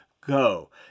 go